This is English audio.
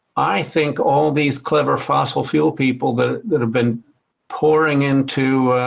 i think all these clever fossil fuel people that that have been pouring into